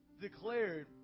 declared